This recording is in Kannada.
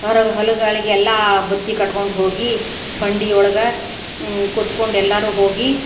ಹೊರಗೆ ಹೊಲಗಳಿಗೆಲ್ಲಾ ಬುತ್ತಿ ಕಟ್ಕೊಂಡು ಹೋಗಿ ಬಂಡಿ ಒಳಗೆ ಕೂತ್ಕೊಂಡು ಎಲ್ಲರು ಹೋಗಿ